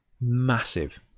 massive